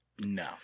no